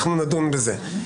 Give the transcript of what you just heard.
אם טוב או לא טוב נדון בזה.